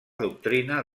doctrina